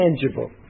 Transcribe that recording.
tangible